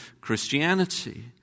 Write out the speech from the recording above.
Christianity